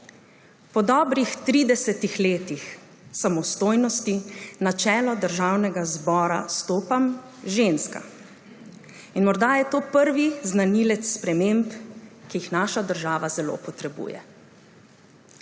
Po dobrih 30 letih samostojnosti na čelo Državnega zbora stopam ženska. In morda je to prvi znanilec sprememb, ki jih naša država zelo potrebuje.